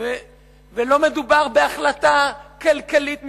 ולא מדובר בהחלטה כלכלית מקצועית.